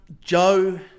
Joe